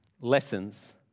lessons